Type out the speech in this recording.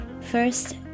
First